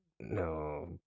No